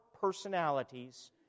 personalities